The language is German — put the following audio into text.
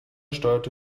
steuerte